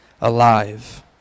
alive